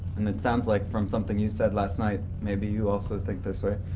and it sounds like from something you said last night maybe you also think this way.